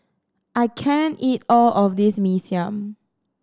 I can't eat all of this Mee Siam